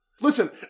Listen